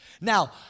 Now